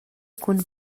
cun